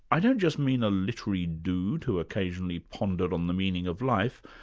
i don't just mean a literary dude who occasionally pondered on the meaning of life,